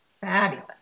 Fabulous